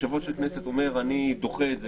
ויושב-ראש הכנסת אומר שהוא דוחה את זה